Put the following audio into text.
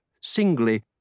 singly